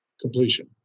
completion